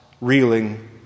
reeling